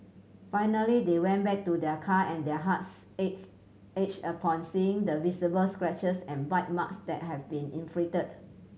finally they went back to their car and their hearts ached upon seeing the visible scratches and bite marks that had been inflicted